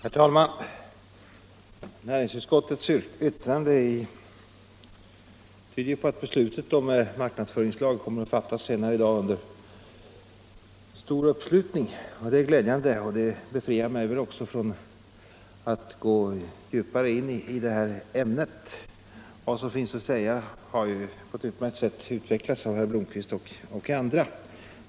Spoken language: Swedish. Herr talman! Näringsutskottets betänkande nr 14 tyder på att beslutet om marknadsföringslagen senare i dag kommer att fattas under stor uppslutning. Det är glädjande, och det befriar väl också mig från att gå djupare in i ämnet. Vad som finns att säga har ju på ett utmärkt sätt utvecklats av herr Blomkvist och andra.